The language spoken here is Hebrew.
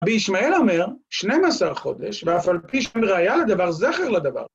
‫בישמעאל אומר 12 חודש, ‫ואף על פי שאין ראיה לדבר זכר לדבר.